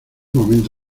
momento